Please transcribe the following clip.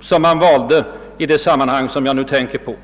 som man valde i det sammanhang jag nu tänker på.